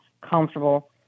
comfortable